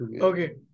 Okay